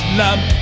love